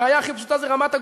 והראיה הכי פשוטה זה רמת-הגולן.